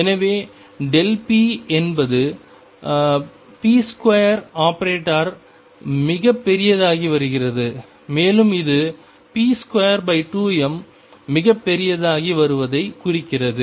எனவேp என்பது ⟨p2⟩ மிகப் பெரியதாகி வருகிறது மேலும் இது p22m மிகப் பெரியதாகி வருவதைக் குறிக்கிறது